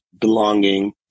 belonging